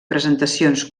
presentacions